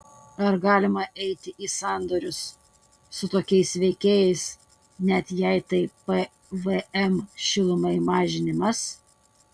ar galima eiti į sandorius su tokiais veikėjais net jei tai pvm šilumai mažinimas